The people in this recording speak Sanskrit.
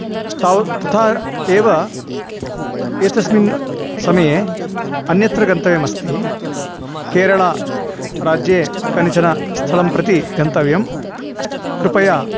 तावत् तथा एव एतस्मिन् समये अन्यत्र गन्तव्यं अस्ति केरला राज्ये कानिचन स्थलं प्रति गन्तव्यं कृपया